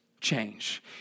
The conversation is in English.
change